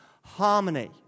harmony